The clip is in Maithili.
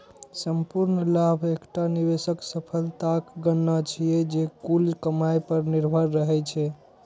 संपूर्ण लाभ एकटा निवेशक सफलताक गणना छियै, जे कुल कमाइ पर निर्भर रहै छै